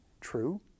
true